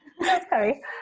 Sorry